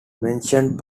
mentioned